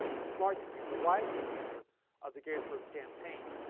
the smart commander, the wise commander of the gettysburg campaign.